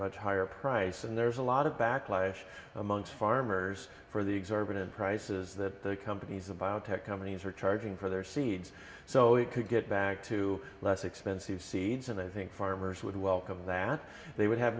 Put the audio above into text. much higher price and there's a lot of backlash amongst farmers for the exorbitant prices that companies the biotech companies are charging for their seeds so we could get back to less expensive seeds and i think farmers would welcome that they would have